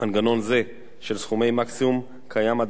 מנגנון זה של סכומי מקסימום קיים עד